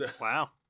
Wow